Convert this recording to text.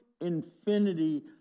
infinity